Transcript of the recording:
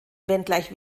wenngleich